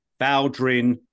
Baldrin